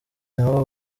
nabo